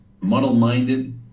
muddle-minded